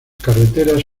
carreteras